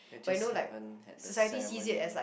it just haven't had the ceremony